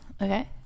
Okay